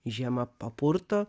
žiema papurto